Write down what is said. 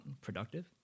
productive